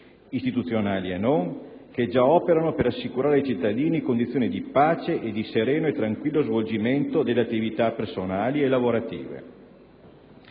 istituzionali e non, che già operano per assicurare ai cittadini condizioni di pace e di sereno e tranquillo svolgimento delle attività personali e lavorative.